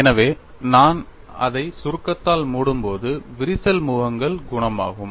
எனவே நான் அதை சுருக்கத்தால் மூடும்போது விரிசல் முகங்கள் குணமாகும்